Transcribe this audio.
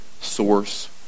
source